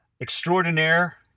extraordinaire